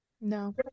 No